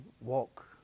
walk